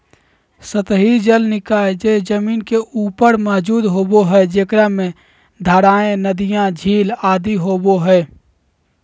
सतही जल निकाय जे जमीन के ऊपर मौजूद होबो हइ, जेकरा में धाराएँ, नदियाँ, झील आदि होबो हइ